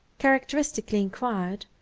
characteristically inquired,